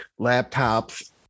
laptops